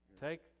Take